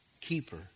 keeper